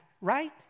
right